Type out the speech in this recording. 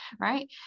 right